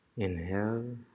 Inhale